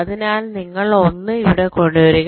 അതിനാൽ നിങ്ങൾ 1 ഇവിടെ കൊണ്ടുവരിക